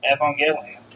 Evangelion